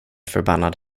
förbannad